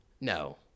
No